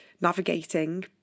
navigating